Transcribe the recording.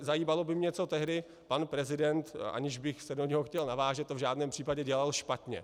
Zajímalo by mě, co tehdy pan prezident, aniž bych se do něj chtěl navážet, to v žádném případě, dělal špatně.